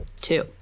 two